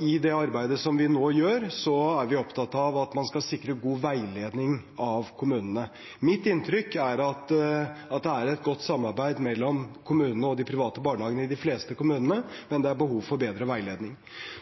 I det arbeidet vi nå gjør, er vi opptatt av at man skal sikre god veiledning av kommunene. Mitt inntrykk er at det er et godt samarbeid mellom kommunene og de private barnehagene i de fleste kommuner, men det er behov for bedre veiledning.